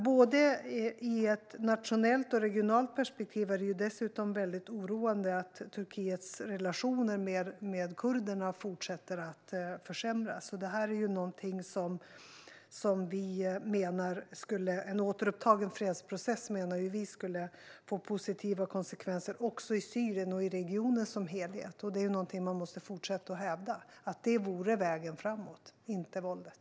Både i ett nationellt och i ett regionalt perspektiv är det dessutom mycket oroande att Turkiets relationer med kurderna fortsätter att försämras. Vi menar att en återupptagen fredsprocess skulle få positiva konsekvenser också i Syrien och i regionen som helhet. Man måste fortsätta att hävda att det vore vägen framåt, inte våldet.